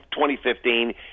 2015